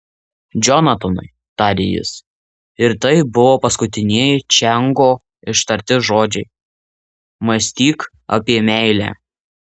džonatanai tarė jis ir tai buvo paskutinieji čiango ištarti žodžiai mąstyk apie meilę